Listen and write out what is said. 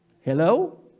Hello